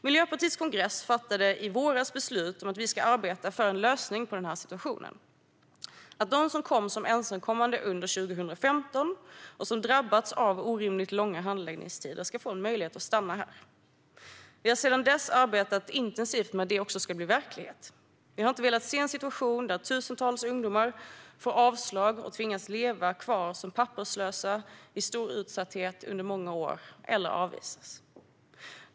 Miljöpartiets kongress fattade i våras beslut om att vi ska arbeta för en lösning på situationen: De som kom som ensamkommande under 2015 och som har drabbats av orimligt långa handläggningstider ska få en möjlighet att stanna här. Vi har sedan dess arbetat intensivt för att detta ska bli verklighet. Vi har inte velat se en situation där tusentals ungdomar får avslag och tvingas leva kvar som papperslösa i stor utsatthet under många år eller avvisas.